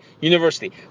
University